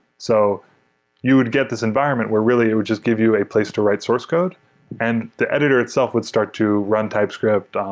so you would get this environment where, really, it would just give you a place to write source code and the editor itself would start to run typescript, um